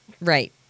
Right